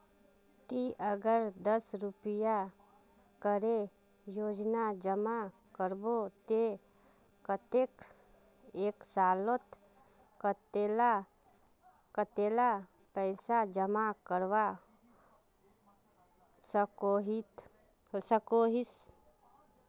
ती अगर दस रुपया करे रोजाना जमा करबो ते कतेक एक सालोत कतेला पैसा जमा करवा सकोहिस?